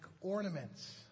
ornaments